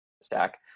stack